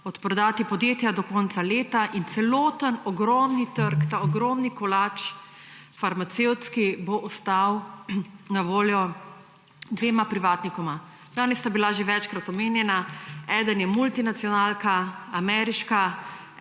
odprodati podjetja do konca leta in celoten ogromni trg, ta ogromni farmacevtski kolač bo ostal na voljo dvema privatnikoma. Danes sta bila že večkrat omenjena, eden je ameriška multinacionalka, eden